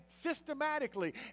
systematically